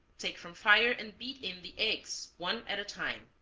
take from fire and beat in the eggs, one at a time.